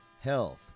health